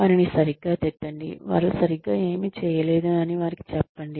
వారిని సరిగ్గా తిట్టండి వారు సరిగ్గా ఏమి చేయలేదు అని వారికి చెప్పండి